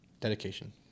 Dedication